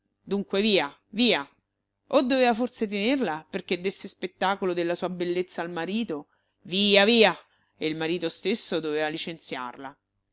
dunque via via o doveva forse tenerla perché desse spettacolo della sua bellezza al marito via via e il marito stesso doveva licenziarla